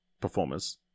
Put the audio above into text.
performers